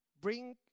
bring